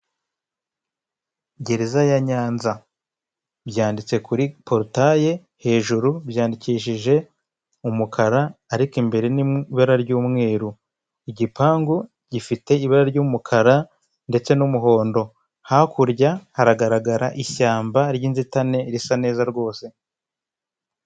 Gereza ya Nyanza, byanditse kuri porutayi, hejuru byandikishije umukara ariko imbere ni mu ibara ry'umweru, igipangu gifite ibara ry'umukara ndetse n'umuhondo. Hakurya haragaragara ishyamba ry'inzitane risa neza rwose.